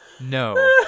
no